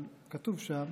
אבל כתוב שם: